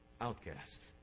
outcast